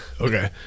Okay